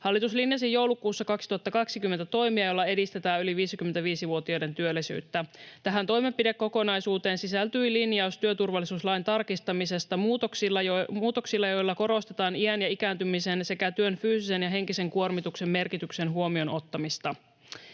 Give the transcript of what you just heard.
Hallitus linjasi joulukuussa 2020 toimia, joilla edistetään yli 55-vuotiaiden työllisyyttä. Tähän toimenpidekokonaisuuteen sisältyi linjaus työturvallisuuslain tarkistamisesta muutoksilla, joilla korostetaan iän ja ikääntymisen sekä työn fyysisen ja henkisen kuormituksen merkityksen huomioon ottamista.